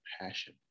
passion